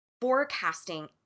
forecasting